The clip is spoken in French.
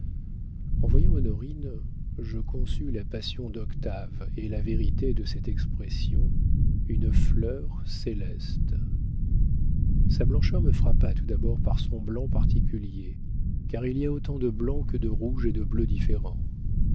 en voyant honorine je conçus la passion d'octave et la vérité de cette expression une fleur céleste sa blancheur me frappa tout d'abord par son blanc particulier car il y a autant de blancs que de rouges et de bleus différents